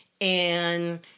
And-